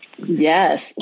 Yes